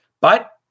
But-